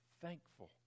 thankful